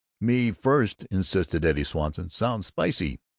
me first! insisted eddie swanson. sounds spicy!